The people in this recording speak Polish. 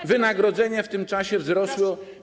że wynagrodzenia w tym czasie wzrosły.